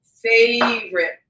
favorite